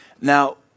Now